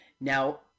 Now